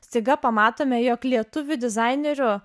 staiga pamatome jog lietuvių dizainerių